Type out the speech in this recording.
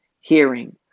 Hearing